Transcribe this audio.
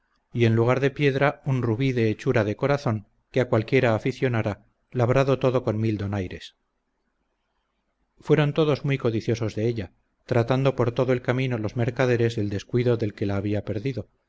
y en lugar de piedra un rubí de hechura de corazón que a cualquiera aficionara labrado todo con mil donaires fueron todos muy codiciosos de ella tratando por todo el camino los mercaderes del descuido del que la había perdido